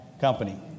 company